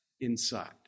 inside